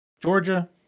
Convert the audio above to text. Georgia